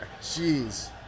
Jeez